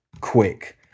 quick